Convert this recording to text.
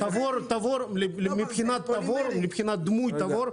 מבחינת דמוי תבור,